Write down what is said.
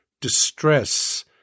distress